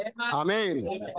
Amen